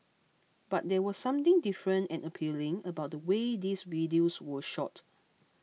but there was something different and appealing about the way these videos were shot